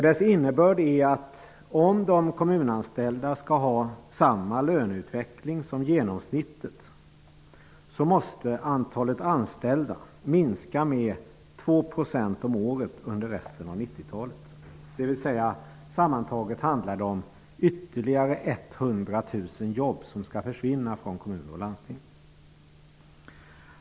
Dess innebörd är att om de kommunanställda skall ha samma löneutveckling som genomsnittet måste antalet anställda minska med 2 % om året under resten av 90-talet. Sammantaget handlar det om ytterligare 100 000 jobb som skall försvinna från kommuner och landsting.